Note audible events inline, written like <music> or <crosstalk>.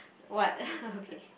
what <laughs> okay